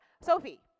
Sophie